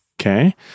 Okay